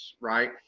right